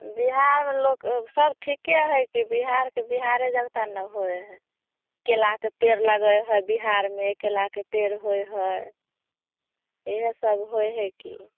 बिहारमे लोक सब ठीके हइ कि बिहारके बिहारे जकाँ ने होइ हइ केलाके पेड़ लगबै हइ बिहारमे केलाके पेड़ होइ हइ इएहसब होइ हइ कि